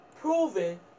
proven